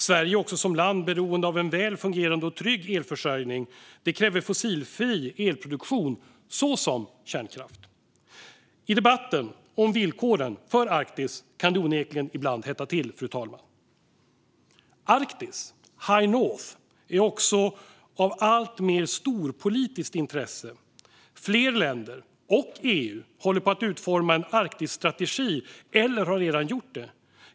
Sverige är även som land beroende av en väl fungerande och trygg elförsörjning, vilket kräver fossilfri elproduktion - såsom kärnkraft. I debatten om villkoren för Arktis kan det onekligen ibland hetta till, fru talman. Arktis, High North, är också av alltmer storpolitiskt intresse: Flera länder, och även EU, håller på att utforma en Arktisstrategi eller har redan gjort det.